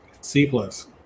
C-plus